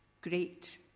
Great